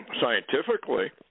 scientifically